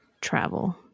Travel